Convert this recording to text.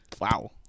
Wow